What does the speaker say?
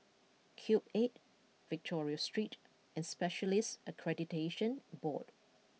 Cube Eight Victoria Street and Specialists Accreditation Board